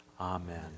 Amen